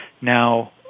Now